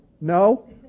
No